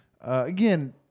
again